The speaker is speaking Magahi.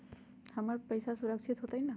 हमर पईसा सुरक्षित होतई न?